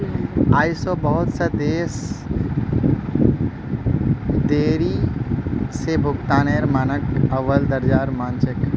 आई झो बहुत स देश देरी स भुगतानेर मानकक अव्वल दर्जार मान छेक